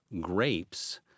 grapes